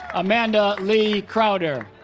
amanda leigh crowder